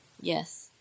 Yes